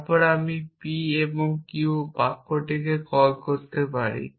তারপরে আমি p এবং q বাক্যটিকে কল করতে পারি